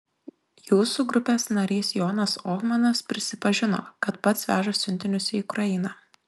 jūsų grupės narys jonas ohmanas prisipažino kad pats veža siuntinius į ukrainą